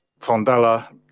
Tondela